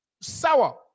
sour